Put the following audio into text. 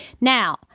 now